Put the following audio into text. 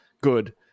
good